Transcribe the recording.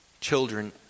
children